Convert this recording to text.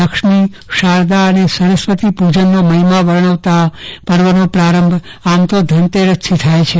લક્ષ્મી શારદા અને સરસ્વતી પૂજનનો મહિમા વર્ણવતા પર્વનો પ્રારંભ આમ તો ધનતેરથી થાય છે